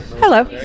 Hello